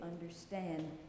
understand